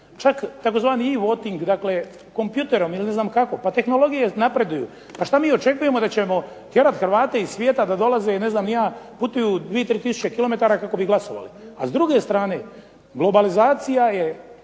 čak tzv. i voting, dakle kompjuterom ili ne znam kako pa tehnologije napreduju, pa šta mi očekujemo da ćemo tjerat Hrvate iz svijeta da dolaze ili putuju 2, 3 tisuće km kako bi glasovali. A s druge strane globalizacija je